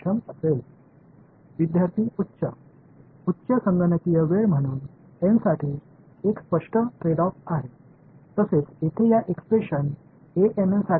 அதிக கணக்கீட்டு நேரம் இது n க்கு ஒரு வெளிப்படையான வர்த்தகமாகும்